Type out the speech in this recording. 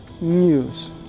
news